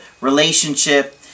relationship